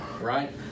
right